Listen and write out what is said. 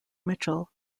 mitchell